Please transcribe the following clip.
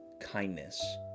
kindness